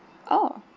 oh